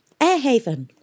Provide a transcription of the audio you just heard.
Airhaven